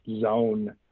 zone